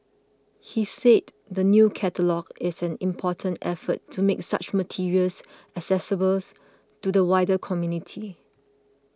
he said the new catalogue is an important effort to make such materials accessible to the wider community